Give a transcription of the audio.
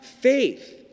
faith